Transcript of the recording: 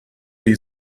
die